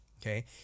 Okay